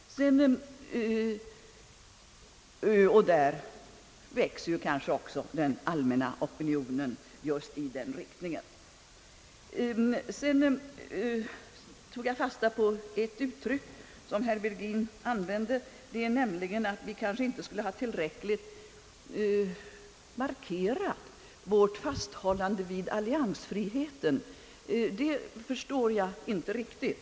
Den allmänna opinionen i vårt land växer också i den riktningen. Jag antecknade ett uttryck, som herr Virgin använde, att vi inte skulle ha tillräckligt markerat vårt fasthållande vid alliansfriheten. Det förstår jag inte riktigt.